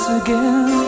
again